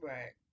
Right